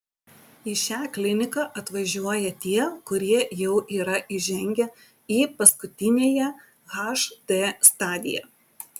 į šią kliniką atvažiuoja tie kurie jau yra įžengę į paskutiniąją hd stadiją